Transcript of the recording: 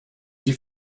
sie